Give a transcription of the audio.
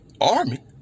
Army